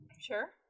Sure